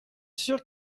sûr